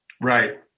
right